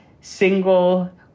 single